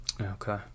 okay